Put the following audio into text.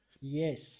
Yes